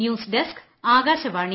news desk Akashvani